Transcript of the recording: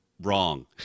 wrong